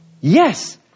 Yes